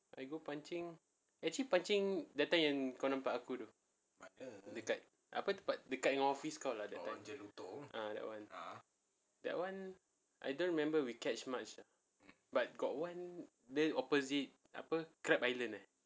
I go pancing actually pancing that time yang kau nampak aku tu dekat apa tempat dekat dengan office kau lah that time ah that [one] that [one] I don't remember we catch much lah but got one that's opposite apa crab island eh